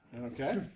Okay